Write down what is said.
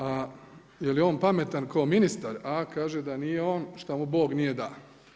A je li on pametan kao ministar, a kaže da nije on šta mu Bog nije sa.